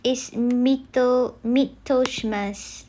it's mittel~ mittelschmerz